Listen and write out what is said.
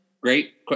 Great